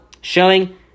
showing